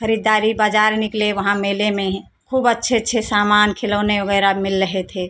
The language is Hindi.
खरीददारी बाजार निकले वहां मेले में ही खूब अच्छे अच्छे सामन खिलौने वगैरह मिल रहे थे